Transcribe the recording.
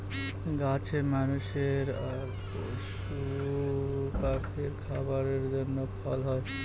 গাছে মানুষের আর পশু পাখির খাবারের জন্য ফল হয়